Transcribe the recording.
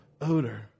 odor